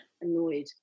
annoyed